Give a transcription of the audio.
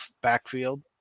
backfield